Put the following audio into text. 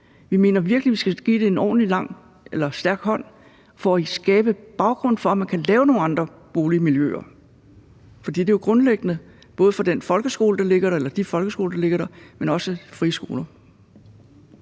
Vi mener virkelig, at vi skal give det en ordentlig, stærk hånd for at skabe baggrund for, at man kan lave nogle andre boligmiljøer. For det er jo grundlæggende både for de folkeskoler, der ligger der, men også friskolerne.